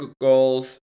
goals